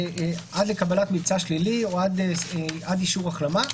עד לקבלת ממצא שלילי או עד אישור החלמה.